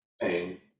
pain